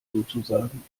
sozusagen